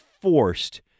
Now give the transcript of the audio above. forced